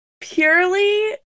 purely